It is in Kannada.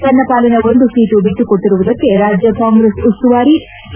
ತನ್ನ ಪಾಲಿನ ಒಂದು ಸೀಟು ಬಿಟ್ಟುಕೊಟ್ಟರುವುದಕ್ಕೆ ರಾಜ್ಯ ಕಾಂಗ್ರೆಸ್ ಉಸ್ತುವಾರಿ ಕೆ